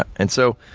and so,